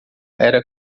era